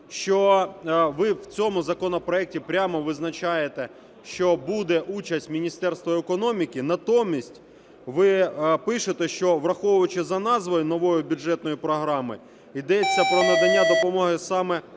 що ви в цьому законопроекті прямо визначаєте, що буде участь Міністерства економіки. Натомість ви пишете, що враховуючи за назвою нової бюджетної програми йдеться про надання допомоги саме